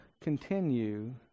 continue